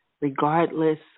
regardless